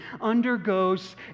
undergoes